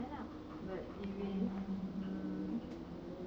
if it's good then I'll buy lah but